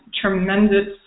tremendous